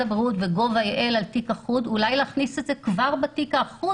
הבריאות ו-gov.il כדי אולי להכניס את זה כבר לתיק האחוד